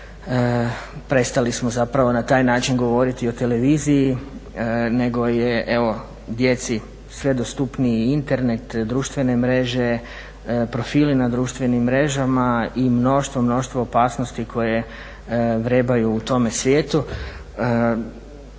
prestali smo na taj način govoriti o televiziji nego je djeci sve dostupniji Internet, društvene mreže, profili na društvenim mrežama i mnoštvo, mnoštvo opasnosti koje vrebaju u tome svijetu.